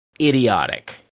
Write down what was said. idiotic